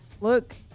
Look